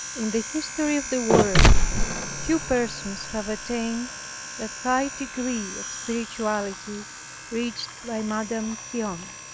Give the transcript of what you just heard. in the history of the world few persons have attained that high degree of spirituality reached by madame guyon.